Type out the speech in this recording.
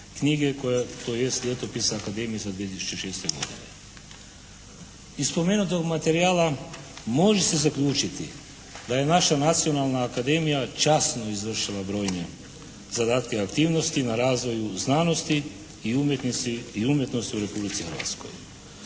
knjige koja, tj. "Ljetopis Akademije 2006. godine". Iz spomenutog materijala može se zaključiti da je naša nacionalna Akademija časno izvršila brojne zadatke i aktivnosti na razvoju znanosti i umjetnosti u Republici Hrvatskoj.